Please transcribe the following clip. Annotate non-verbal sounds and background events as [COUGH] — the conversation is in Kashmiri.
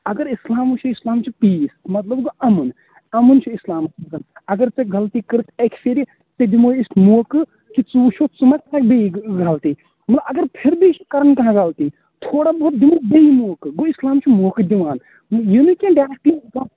اَگر اِسلام وٕچھو اِسلام چھُ پیٖس مطلب گوٚو اَمُن اَمُن چھُ اِسلامَس منٛز اَگر ژےٚ غلطی کٔرٕتھ اَکہِ پھیٖرِ ژےٚ دِموٕے أسۍ موقعہٕ تہٕ ژٕ وٕچھ ژٕ مہ کرکھ بیٚیہِ یہِ غلطی وۄنۍ اَگر پھر بی چھُ کران کانہہ غلطی تھوڑا بہت دِموکھ بیٚیہِ موقعہٕ گوٚو اِسلام چھُ موقعہٕ دِوان یہِ نہٕ کیٚنہہ ڈیریکٹلی [UNINTELLIGIBLE]